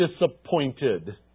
disappointed